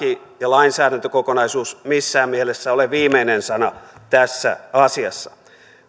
ja lainsäädäntökokonaisuus missään mielessä ole viimeinen sana tässä asiassa